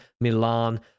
Milan